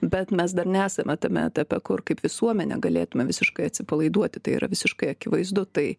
bet mes dar nesame tame etape kur kaip visuomenė galėtume visiškai atsipalaiduoti tai yra visiškai akivaizdu tai